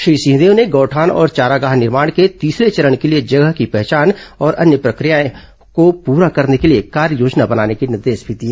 श्री सिंहदेव ने गौठान और चारागाह निर्माण के तीसरे चरण के लिए जगह की पहचान और अन्य प्रक्रियाए हो पूरा करने के लिए कार्ययोजना बनाने के निर्देश भी दिए